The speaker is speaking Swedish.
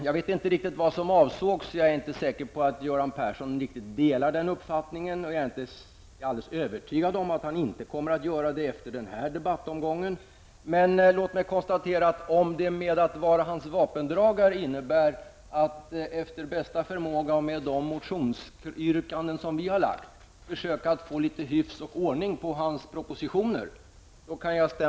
Jag vet inte riktigt vad som avsågs, och jag är inte säker på att Göran Persson riktigt delar den uppfattningen. Jag är alldeles övertygad om att han inte kommer att göra det efter denna debattomgång. Jag kan instämma i det epitetet om det med att vara hans vapendragare innebär att efter bästa förmåga och med de motionsyrkanden som centerpartiet har lagt försöka att få litet hyfs och ordning på hans propositioner.